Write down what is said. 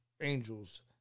Angels